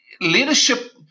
leadership